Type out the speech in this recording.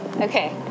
Okay